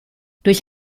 durch